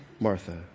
Martha